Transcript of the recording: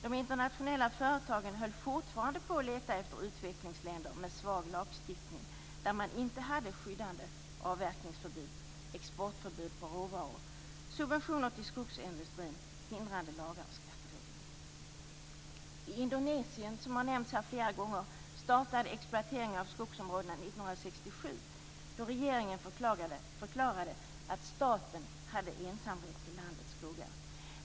De internationella företagen höll fortfarande på att leta efter utvecklingsländer med svag lagstiftning, där man inte hade skyddande avverkningsförbud, exportförbud för råvaror, subventioner till skogsindustrin, hindrande lagar och skatteregler. I Indonesien, som har nämnts här flera gånger, startade exploateringen av skogsområdena 1967, då regeringen förklarade att staten hade ensamrätt till landets skogar.